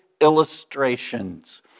illustrations